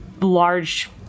large